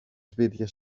σπίτια